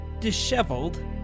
Disheveled